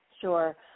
Sure